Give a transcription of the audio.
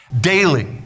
daily